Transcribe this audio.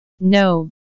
No